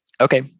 Okay